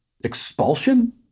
Expulsion